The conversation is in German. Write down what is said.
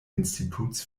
instituts